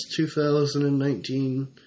2019